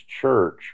church